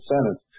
Senate